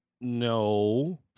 No